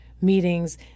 meetings